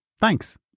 Thanks